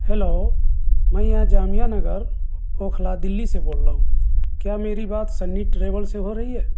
hello میں یہاں جامعہ نگر اوکھلا دلی سے بول رہا ہوں کیا میری بات سنی ٹریول سے ہو رہی ہے